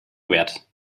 wert